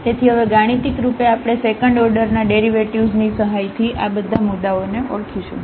તેથી હવે ગાણિતિક રૂપે આપણે સેકન્ડ ઓર્ડરના ડેરિવેટિવ્ઝની સહાયથી આ બધા મુદ્દાઓને ઓળખીશું